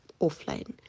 offline